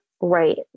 right